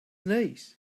knees